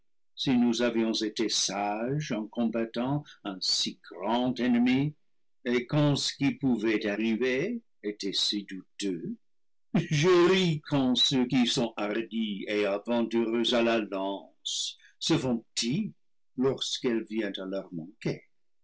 si nous avions été sages en combattant un si grand ennemi et quand ce qui pouvait arriver était si douteux je ris quand ceux qui sont hardis et aventureux à la lance se font petits lorsqu'elle vient à leur manquer